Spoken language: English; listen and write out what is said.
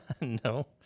No